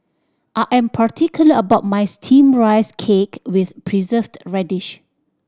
I am particular about my Steamed Rice Cake with Preserved Radish